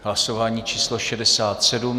Hlasování číslo 67.